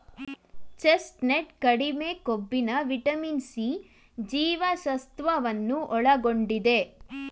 chestnut ಕಡಿಮೆ ಕೊಬ್ಬಿನ vitamin C ಜೀವಸತ್ವವನ್ನು ಒಳಗೊಂಡಿದೆ